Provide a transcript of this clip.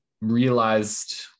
realized